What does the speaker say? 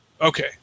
Okay